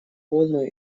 полную